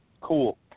Cool